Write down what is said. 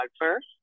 first